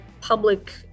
public